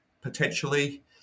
potentially